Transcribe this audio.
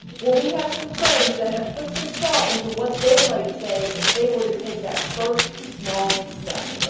well we have some friends that have put some thought into what they might say if they were to take that first small step.